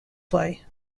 play